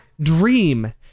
dream